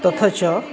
तथा च